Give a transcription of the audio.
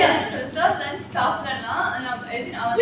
ya I know the third lunch time சாப்பிடலனா:sapdalanaa and I'm as in I want